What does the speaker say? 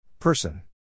Person